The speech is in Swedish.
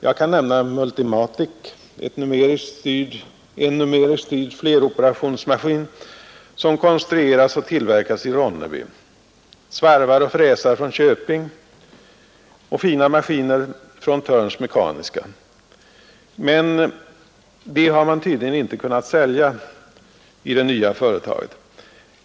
Jag kan nämna Multimatic, en numeriskt styrd fleroperationsmaskin som konstruerats och tillverkats i Ronneby, svarvar och fräsar från Köping och fina maskiner från Thörns mekaniska verkstad. Men dessa maskiner har man tydligen inte kunnat sälja i det nya företaget.